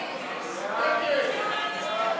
הצעת סיעת